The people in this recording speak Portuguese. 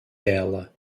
dela